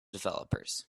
developers